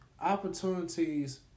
Opportunities